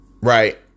right